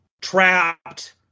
trapped